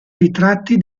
ritratti